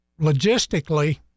Logistically